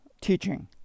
teaching